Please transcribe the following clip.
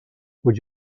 would